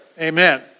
Amen